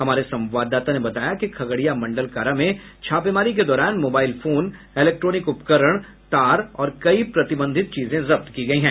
हमारे संवाददाता ने बताया कि खगड़िया मंडल कारा में छापेमारी के दौरान मोबाईल फोन इलेक्ट्रोनिक उपकरण तार और कई प्रतिबंधित चीजें जब्त की गयी हैं